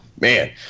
man